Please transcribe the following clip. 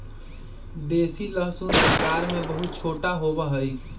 देसी लहसुन आकार में बहुत छोटा होबा हई